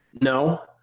No